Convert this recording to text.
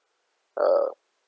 uh